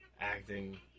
acting